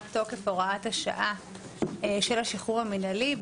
תוקף הוראת השעה של השחרור המינהלי.